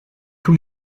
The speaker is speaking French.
tous